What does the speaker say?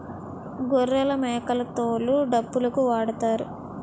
గొర్రెలమేకల తోలు డప్పులుకు వాడుతారు